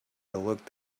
looked